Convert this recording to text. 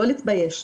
לא להתבייש.